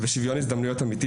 ושוויון הזדמנויות אמיתי,